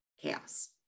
chaos